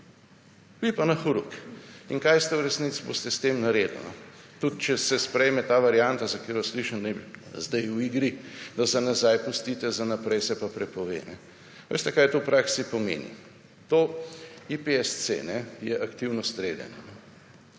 Vi pa na horuk. In kaj ste v resnici, boste s tem naredili. Tudi, če se sprejme ta varianta, za katero slišim, naj bi bila zdaj v igri, pa za nazaj pustite, za naprej se pa prepove. Veste, kaj to v praksi pomeni? To, GPSC je aktivno streljanje,